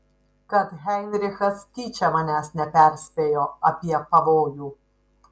kad heinrichas tyčia manęs neperspėjo apie pavojų